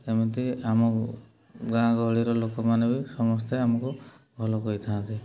ଏମିତି ଆମ ଗାଁ ଗହଳିର ଲୋକମାନେ ବି ସମସ୍ତେ ଆମକୁ ଭଲ କହିଥାନ୍ତି